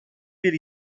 bir